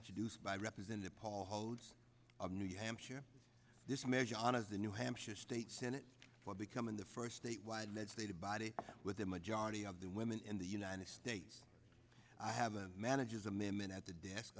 introduced by representative paul hodes of new hampshire this measure honors the new hampshire state senate for becoming the first statewide legislative body with a majority of the women in the united states i have a manager's amendment at the desk